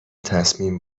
تصمیم